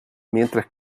mientras